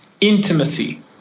intimacy